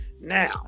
Now